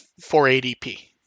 480p